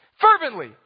fervently